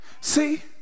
See